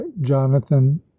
jonathan